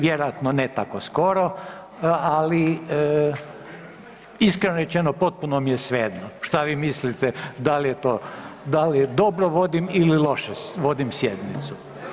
Vjerojatno ne tako skoro, ali iskreno rečeno potpuno mi je svejedno što vi mislite da li je to, da li dobro vodim ili loše vodim sjednicu.